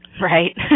right